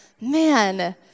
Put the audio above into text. man